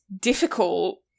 difficult